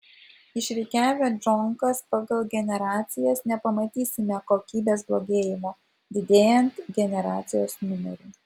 išrikiavę džonkas pagal generacijas nepamatysime kokybės blogėjimo didėjant generacijos numeriui